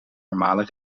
normale